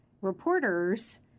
reporters